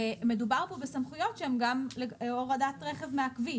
מדובר כאן בסמכויות שהן גם הורדת רכב מהכביש.